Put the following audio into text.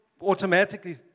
automatically